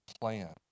plan